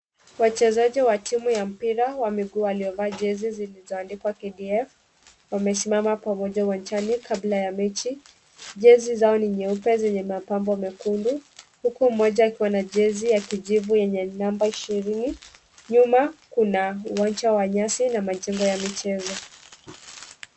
Wachezaji wa timu ya mpira wa miguu waliovaa jezi zilizoandikwa KDF. Wamesimama pamoja uwanjani kabla ya mechi. Jezi zao ni nyeupe zenye mapambo mekundu, huku moja ikiwa na jezi ya kijivu yenye namba 20, nyuma kuna uwanja wa nyasi na majengo ya michezo.